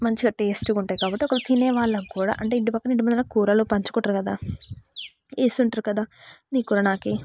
మంచిగా టేస్ట్గా ఉంటాయి కాబట్టి ఒక తినేవాళ్ళకు కూడా ఇంటి పక్కన ఇంటి ముందు కూరలు పంచుకుంటారు కదా వేస్తుంటారు కదా నీ కూర నాకు వెయ్యి